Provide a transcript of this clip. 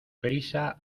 prisa